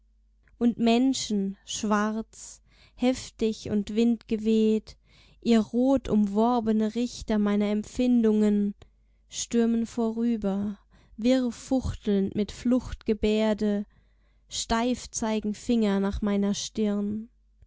und menschen schwarz heftig und windgeweht ihr rot umworbene richter meiner empfindungen stürmen vorüber wirr fuchtelnd mit fluchtgebärde steif zeigen finger nach meiner stirn